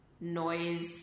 noise